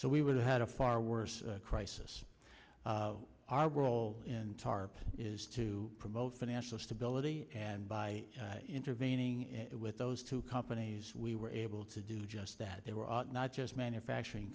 so we would have had a far worse crisis our role in tarp is to promote financial stability and by intervening with those two companies we were able to do just that they were not just manufacturing